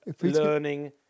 learning